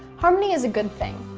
harmony is a good thing.